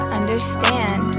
understand